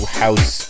house